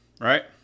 right